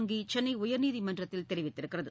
வங்கி சென்னை உயர்நீதிமன்றத்தில் தெரிவித்துள்ளது